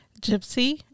Gypsy